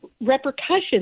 repercussions